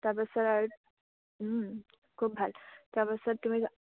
তাৰপাছত আৰু খুব ভাল তাৰপাছত তুমি